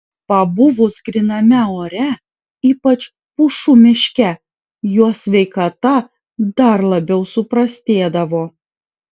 pabuvus gryname ore ypač pušų miške jo sveikata dar labiau suprastėdavo